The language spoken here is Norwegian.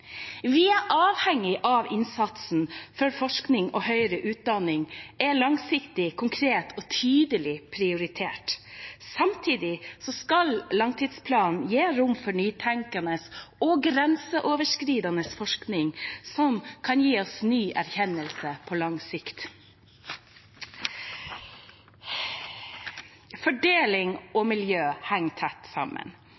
forskning og høyere utdanning er langsiktig, konkret og tydelig prioritert. Samtidig skal langtidsplanen gi rom for nytenkende og grenseoverskridende forskning som kan gi oss ny erkjennelse på lang sikt. Fordeling